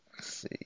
see